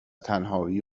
تنهایی